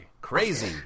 crazy